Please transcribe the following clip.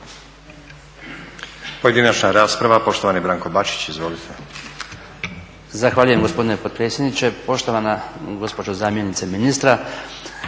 Pojedinačna rasprava, poštovani Branko Bačić. Izvolite. **Bačić, Branko (HDZ)** Zahvaljujem gospodine potpredsjedniče, poštovana gospođo zamjenice ministra.